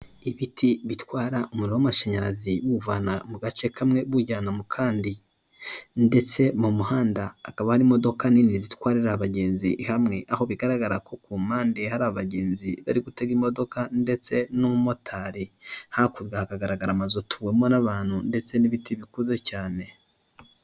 Ibiti bitwara umuriro w'amashanyarazi buwuvana mu gace kamwe buwujyana mu kandi ndetse mu muhanda hakaba hari imodoka nini zitwarira abagenzi hamwe aho bigaragara ko ku mpande hari abagenzi bari gutega imodoka ndetse n'umumotari hakurya hakagaragara amazu atuwemo n'abantu ndetse n'ibiti bikuze cyane.